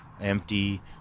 empty